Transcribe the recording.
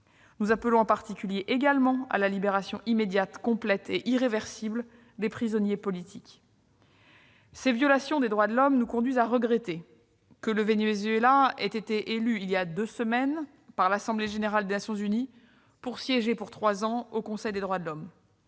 Nous appelons également à la libération immédiate, complète et irréversible des prisonniers politiques. Ces violations des droits de l'homme nous conduisent à regretter que le Venezuela ait été élu, il y a deux semaines, par l'Assemblée générale des Nations unies pour siéger pendant trois ans au Conseil des droits de l'homme.